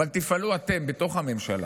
אבל תפעלו אתם בתוך הממשלה,